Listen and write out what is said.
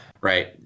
right